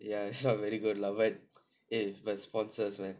ya it's not very good lah but eh but sponsors man